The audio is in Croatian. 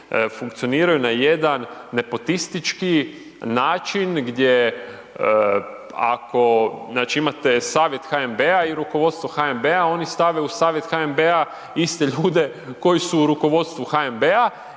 funkcioniraju na jedan nepotistički način, gdje, ako imate savjet HNB-a i rukovodstvo HNB-a, oni stave u savjet HNB-a iste ljude koji su u rukovodstvu HNB-a